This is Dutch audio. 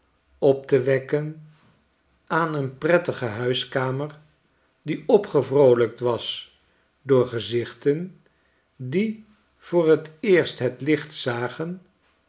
op te wekken aan een prettige huiskamer die opgevroolijkt was door gezichten die voor t eerst het licht zagen